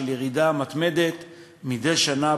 ירידה מתמדת מדי שנה,